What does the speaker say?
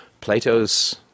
Plato's